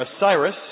Osiris